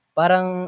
parang